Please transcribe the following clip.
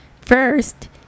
First